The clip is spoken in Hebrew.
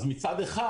אז מצד אחד,